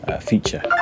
feature